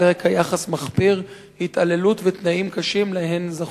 על רקע יחס מחפיר והתעללות ותנאים קשים שלהם זכו.